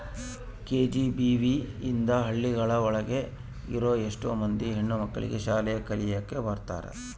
KGBV ಇಂದ ಹಳ್ಳಿ ಒಳಗ ಇರೋ ಎಷ್ಟೋ ಮಂದಿ ಹೆಣ್ಣು ಮಕ್ಳಿಗೆ ಶಾಲೆ ಕಲಿಯಕ್ ಬರುತ್ತೆ